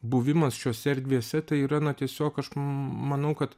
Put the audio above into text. buvimas šiose erdvėse tai yra na tiesiog aš manau kad